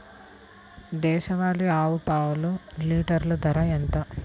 దేశవాలీ ఆవు పాలు లీటరు ధర ఎంత?